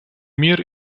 мир